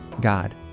God